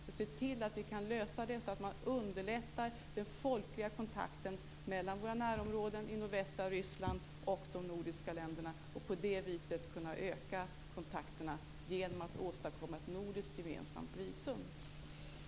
Är han beredd att lösa det här för att underlätta den folkliga kontakten mellan våra närområden i nordvästra Ryssland och de nordiska länderna och att öka kontakterna genom att åstadkomma ett gemensamt nordiskt visum?